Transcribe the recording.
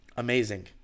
amazing